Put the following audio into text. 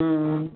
ம் ம்